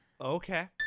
Okay